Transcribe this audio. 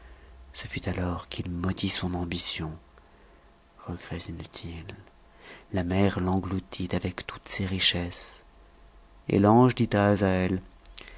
ce fut alors qu'il maudit son ambition regrets inutiles la mer l'engloutit avec toutes ses richesses et l'ange dit à azaël